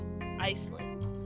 Iceland